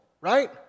right